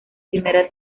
primera